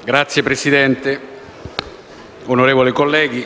Signor Presidente, onorevoli colleghi,